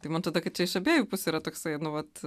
tai man atrodo kad čia iš abiejų pusių yra tikslai nu vat